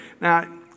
Now